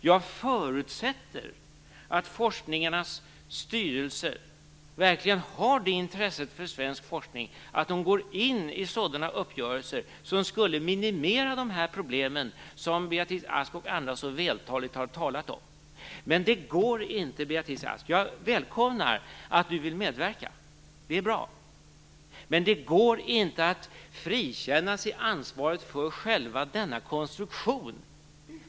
Jag förutsätter att forskningsstyrelserna verkligen har det intresset för svensk forskning att de går in i sådana uppgörelser som skulle minimera de problem som Beatrice Ask och andra så vältaligt talat om. Men det går inte, Beatrice Ask. Jag välkomnar att hon vill medverka, det är bra. Men det går inte att frikänna sig ansvaret för denna konstruktion.